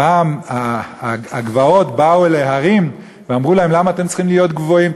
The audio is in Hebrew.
פעם הגבעות באו להרים ואמרו להם: למה אתם צריכים להיות גבוהים?